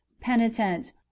penitent